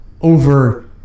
over